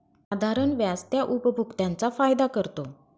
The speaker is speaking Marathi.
साधारण व्याज त्या उपभोक्त्यांचा फायदा करतो